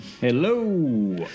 Hello